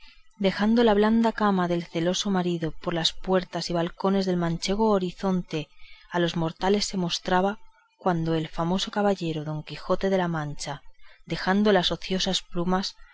dejando la blanda cama del celoso marido por las puertas y balcones del manchego horizonte a los mortales se mostraba cuando el famoso caballero don quijote de la mancha dejando las ociosas plumas